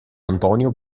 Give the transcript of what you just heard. antonio